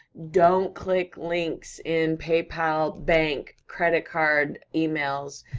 don't click links in paypal bank credit card emails,